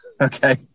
okay